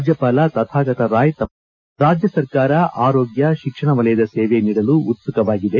ರಾಜ್ಯವಾಲ ತಥಾಗತ ರಾಯ್ ತಮ್ಮ ಭಾಷಣದಲ್ಲಿ ರಾಜ್ಯ ಸರ್ಕಾರ ಆರೋಗ್ಯ ಶಿಕ್ಷಣ ವಲಯದ ಸೇವೆ ನೀಡಲು ಉತ್ಸುಕವಾಗಿದೆ